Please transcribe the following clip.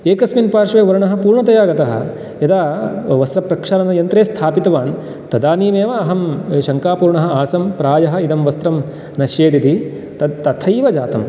एकस्मिन् पार्श्वे वर्णः पूर्णतया गतः यदा वस्त्रप्रक्षालनयन्त्रे स्थापितवान् तदानीमेव अहं शङ्कापूर्णः आसं प्रायः इदं वस्त्रं नश्येदिति तत् तथैव जातम्